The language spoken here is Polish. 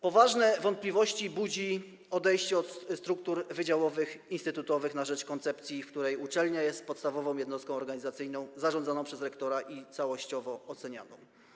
Poważne wątpliwości budzi odejście od struktur wydziałowych - instytutowych - na rzecz koncepcji, według której uczelnia jest podstawową jednostką organizacyjną zarządzaną przez rektora i całościowo ocenianą.